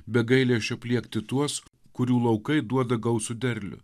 be gailesčio pliekti tuos kurių laukai duoda gausų derlių